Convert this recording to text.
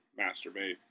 masturbate